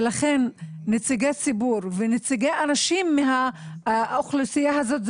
לכן נציגי ציבור ונציגי אנשים מהאוכלוסייה הזאת,